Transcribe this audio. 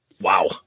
Wow